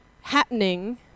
happening